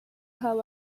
how